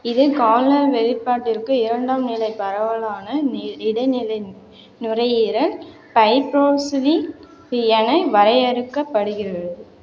இது கால்நார் வெளிப்பாட்டிற்கு இரண்டாம் நிலை பரவலான நி இடைநிலை நுரையீரல் ஃபைப்ரோஸிலி என வரையறுக்கப்படுகிறது